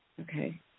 okay